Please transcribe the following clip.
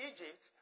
Egypt